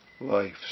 life